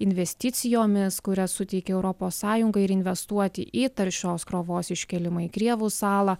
investicijomis kurias suteikia europos sąjunga ir investuoti į taršios krovos iškėlimą į krievų salą